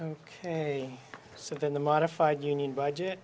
ok so then the modified union budget